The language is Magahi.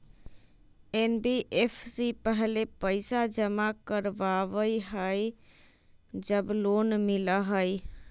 एन.बी.एफ.सी पहले पईसा जमा करवहई जब लोन मिलहई?